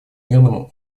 мирному